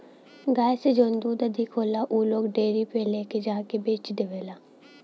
गाय से जौन दूध अधिक होला उ लोग डेयरी पे ले जाके के बेच देवला